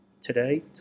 today